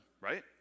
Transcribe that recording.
right